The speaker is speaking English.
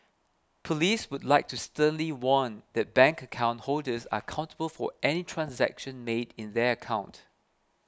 police would like to sternly warn that bank account holders are accountable for any transaction made in their account